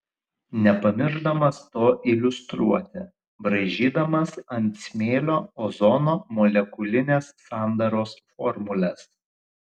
nepamiršdamas to iliustruoti braižydamas ant smėlio ozono molekulinės sandaros formules